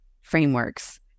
frameworks